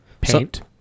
paint